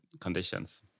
conditions